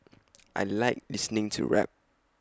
I Like listening to rap